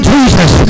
Jesus